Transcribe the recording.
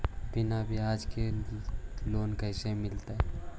बिना ब्याज के लोन कैसे मिलतै?